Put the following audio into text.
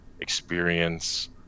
experience